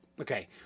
Okay